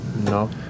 No